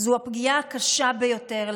זו הפגיעה הקשה ביותר.